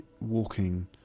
walking